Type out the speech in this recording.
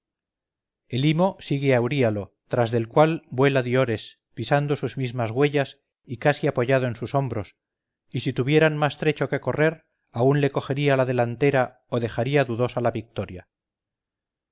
el tercero helimo sigue a euríalo tras del cual vuela diores pisando sus mismas huellas y casi apoyado en sus hombros y si tuvieran más trecho que correr aún le cogería la delantera o dejaría dudosa la victoria